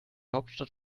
hauptstadt